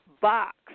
box